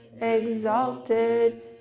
exalted